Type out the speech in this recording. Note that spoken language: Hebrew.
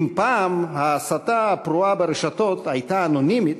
אם פעם ההסתה הפרועה ברשתות הייתה אנונימית,